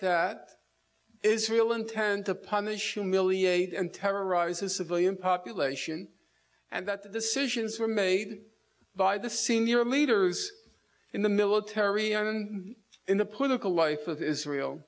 that israel intend to punish a million eight and terrorize a civilian population and that the decisions were made by the senior leaders in the military i've been in the political life of israel